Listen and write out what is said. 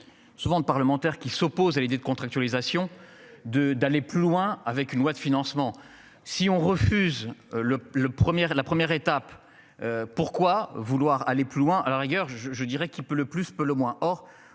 Souvent de parlementaires qui s'oppose à l'idée de contractualisation de d'aller plus loin avec une loi de financement. Si on refuse le le première, la première étape. Pourquoi vouloir aller plus loin, à la rigueur je dirais qui peut le plus peut le moins.